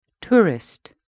Tourist